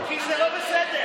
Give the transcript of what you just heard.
כי זה לא בסדר.